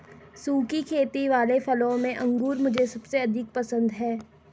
सुखी खेती वाले फलों में अंगूर मुझे सबसे अधिक पसंद है